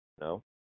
No